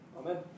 amen